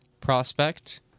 prospect